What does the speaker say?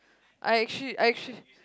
I actually I actually